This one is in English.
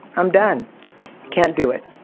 i'm done can't do it.